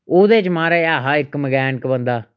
ओह्दे च महाराज ऐ हा इक मकैनक बंदा